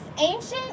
ancient